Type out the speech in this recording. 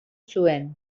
zuen